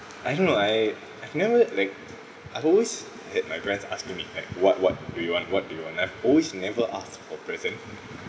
I don't know I I've never like I've always had my friends asking me back what what do you want what do you want I've always never asked for present